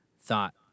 thought